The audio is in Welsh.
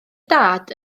dad